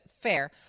fair